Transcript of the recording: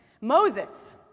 Moses